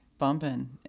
bumping